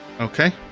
Okay